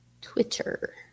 Twitter